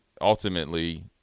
ultimately